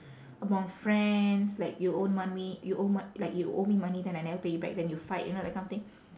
among friends like you owe money you owe mo~ like you owe me money then I never pay you back then you fight you know that kind of thing